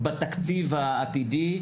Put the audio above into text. בתקציב העתידי,